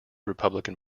republican